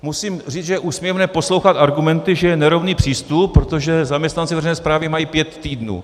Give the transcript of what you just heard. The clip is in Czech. Musím říct, že je úsměvné poslouchat argumenty, že je nerovný přístup, protože zaměstnanci veřejné správy mají pět týdnů.